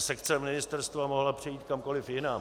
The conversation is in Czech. Sekce ministerstva mohla přejít kamkoli jinam.